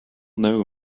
know